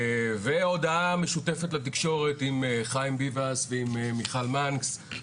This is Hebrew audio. והודעה משותפת לתקשורת עם חיים ביבס ועם מיכל מנקס,